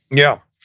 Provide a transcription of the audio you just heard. yeah.